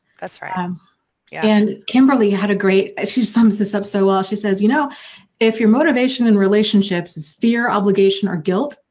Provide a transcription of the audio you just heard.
that's right. um and kimberly had a great. she sums this up so well. she says you know if your motivation in relationships is fear, obligation or guilt,